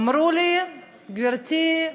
אמרו לי: גברתי,